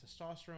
testosterone